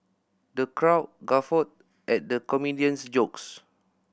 the crowd guffawed at the comedian's jokes